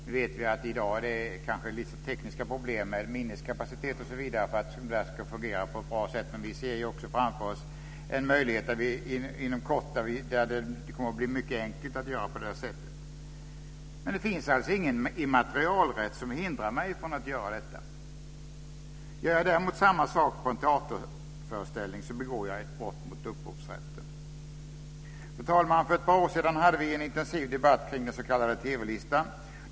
Nu vet vi att det i dag kanske finns för mycket tekniska problem med minneskapacitet osv. för att detta ska fungera på ett bra sätt, men vi ser också framför oss att det inom kort kan bli mycket enkelt att göra på det här sättet. Och det finns alltså ingen immaterialrätt som hindrar mig från att göra detta. Gör jag däremot samma sak på en teaterföreställning begår jag ett brott mot upphovsrätten. Fru talman! För ett par år sedan hade vi en intensiv debatt kring den s.k. TV-listan.